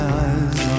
eyes